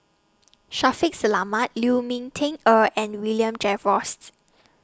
Shaffiq Selamat Lu Ming Teh Earl and William Jervois's